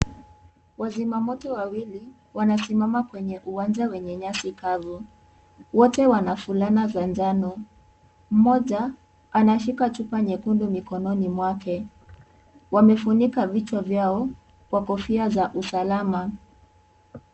Wazima moto wawili, wanasimas kwenye uwanja wa, nyasi kavu, wote wana fulana za njano, mmoja, anashika chupa nyekundu mkononi mwake, wamefunika vichwa vyao, lwa kofia za usalama.